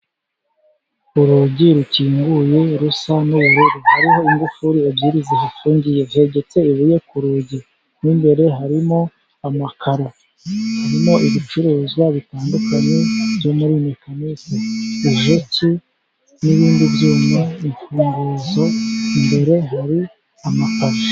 Urugi rukinguye rusa n'uburu, hariho ingufuri ebyiri zihafugiyev ndetse ibuye ku rugi n'imbere harimowo amakara harimowo ibicuruzwa bitandukanye byo muri mecisse inzuki n'ibindi byuma infunguzo imbere hari amakayo